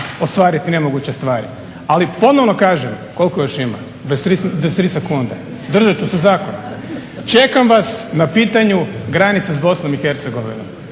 ostvariti nemoguće stvari. Ali, ponovno kažem, koliko još ima? 23 sekunde. Držat ću se zakona, čekam vas na pitanju granice s Bosnom i Hercegovinom,